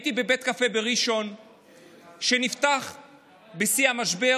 הייתי בבית קפה בראשון שנפתח בשיא המשבר,